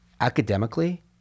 Academically